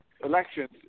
elections